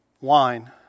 wine